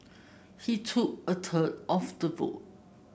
he took a third of the vote